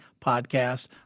podcast